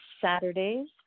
Saturdays